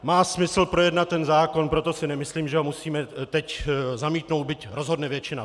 Má smysl projednat ten zákon, proto si nemyslím, že ho musíme teď zamítnout, byť rozhodne většina.